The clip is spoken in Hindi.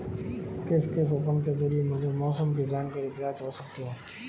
किस किस उपकरण के ज़रिए मुझे मौसम की जानकारी प्राप्त हो सकती है?